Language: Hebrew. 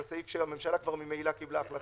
כי הממשלה כבר ממילא קיבלה החלטה.